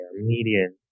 median